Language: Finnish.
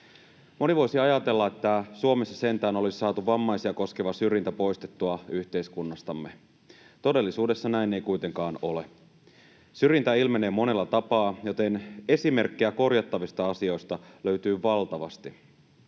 Moni voisi ajatella, että Suomessa sentään olisi saatu vammaisia koskeva syrjintä poistettua yhteiskunnastamme. Todellisuudessa näin ei kuitenkaan ole. Syrjintä ilmenee monella tapaa, joten esimerkkejä korjattavista asioista löytyy valtavasti.